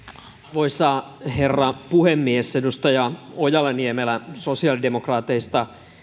arvoisa herra puhemies edustaja ojala niemelä sosiaalidemokraateista